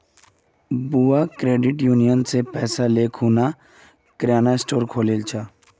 बुआ credit union स पैसा ले खूना किराना स्टोर खोलील छ